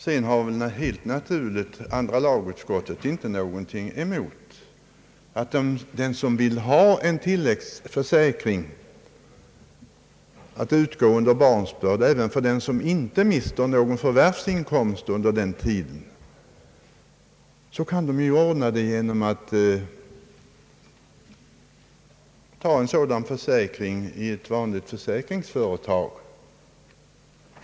Sedan har helt naturligt andra lagutskottet inte någonting emot att den kvinna som vill ha en tilläggsförsäkring som utbetalas under barnsbörd, även om hon inte mister någon förvärvsinkomst under den tiden, ordnar en sådan försäkring i ett vanligt försäkringsföretag.